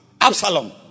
Absalom